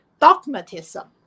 dogmatism